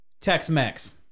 Tex-Mex